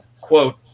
quote